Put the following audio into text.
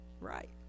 right